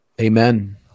Amen